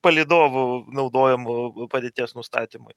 palydovų naudojamų padėties nustatymui